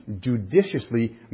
judiciously